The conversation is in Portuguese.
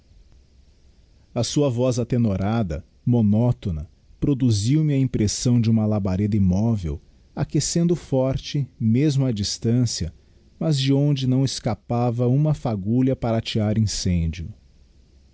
a sua voz atenorada monótona produziu me a impressão de uma labareda immovel aquecendo forte mesmo á distancia mas de onde não escapava uma fagulha para atear incêndio